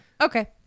Okay